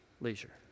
leisure